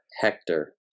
Hector